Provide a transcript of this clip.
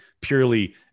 purely